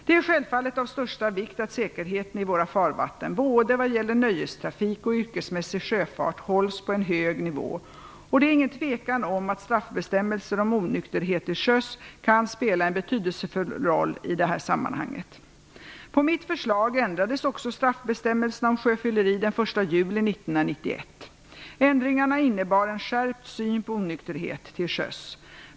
Det är självfallet av största vikt att säkerheten i våra farvatten - både vad gäller nöjestrafik och yrkesmässig sjöfart - hålls på en hög nivå, och det är ingen tvekan om att straffbestämmelser om onykterhet till sjöss kan spela en betydelsefull roll i detta sammanhang. På mitt förslag ändrades också straffbestämmelserna om sjöfylleri den 1 juli 1991. Ändringarna innebar en skärpt syn på onykterhet till sjöss.